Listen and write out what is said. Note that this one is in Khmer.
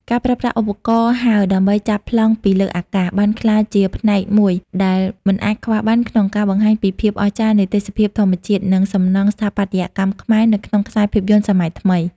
ការប្រើប្រាស់ឧបករណ៍ហើរដើម្បីចាប់ប្លង់ពីលើអាកាស បានក្លាយជាផ្នែកមួយដែលមិនអាចខ្វះបានក្នុងការបង្ហាញពីភាពអស្ចារ្យនៃទេសភាពធម្មជាតិ និងសំណង់ស្ថាបត្យកម្មខ្មែរនៅក្នុងខ្សែភាពយន្តសម័យថ្មី។